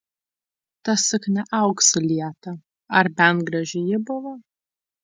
ta suknia auksu lieta ar bent graži ji buvo